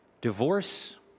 Divorce